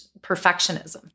perfectionism